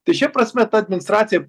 tai šia prasme ta administracija